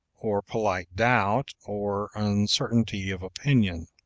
or polite doubt, or uncertainty of opinion.